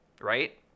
right